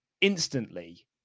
instantly